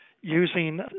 using